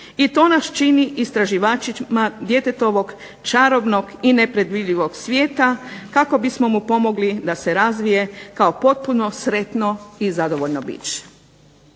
i to nas čini istraživačima djetetovog čarobnog i nepredvidivog svijeta kako bismo mu pomogli da se razvije kao potpuno sretno i zadovoljno biće.